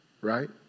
Right